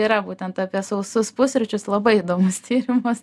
yra būtent apie sausus pusryčius labai įdomus tyrimas